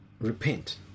Repent